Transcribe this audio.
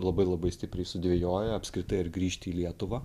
labai labai stipriai sudvejoję apskritai ar grįžti į lietuvą